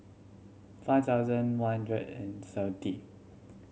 five thousand one hundred and seventy